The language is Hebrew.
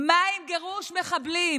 מה עם גירוש מחבלים?